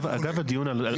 מה,